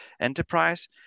enterprise